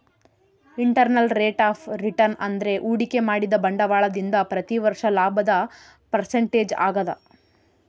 internal rate of return ಅಂದ್ರೆ ಹೂಡಿಕೆ ಮಾಡಿದ ಬಂಡವಾಳದಿಂದ ಪ್ರತಿ ವರ್ಷ ಲಾಭದ ಪರ್ಸೆಂಟೇಜ್ ಆಗದ